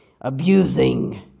abusing